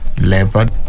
leopard